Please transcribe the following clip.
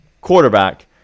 quarterback